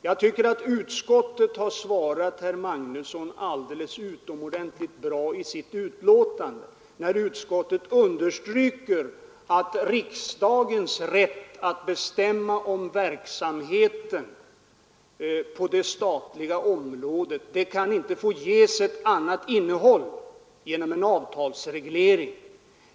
Jag tycker att utskottet har svarat herr Magnusson i Kristinehamn alldeles utomordentligt bra i sitt betänkande, när utskottet understryker att riksdagens rätt att bestämma om verksamheten på det statliga området inte kan få ges ett annat innehåll genom en avtals reglering.